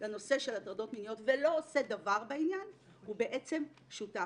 לנושא של הטרדות מיניות ולא עושה דבר בעניין הוא בעצם שותף.